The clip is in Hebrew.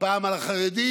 פעם על החרדים,